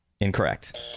Incorrect